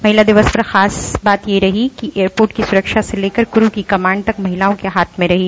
महिला दिवस पर खास बात यह रही कि एयरपोर्ट की सुरक्षा से लेकर कुरु की कमांड तक महिलाओं के हाथों में रही